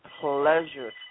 pleasure